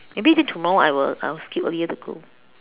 maybe then tomorrow I will I will skip earlier to go